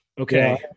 Okay